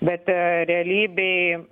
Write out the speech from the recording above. bet realybėj